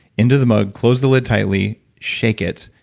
into the mug, close the lid tightly, shake it,